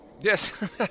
Yes